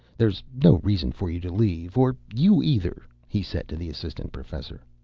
there's no reason for you to leave. or you either, he said to the assistant professor.